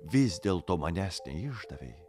vis dėl to manęs neišdavei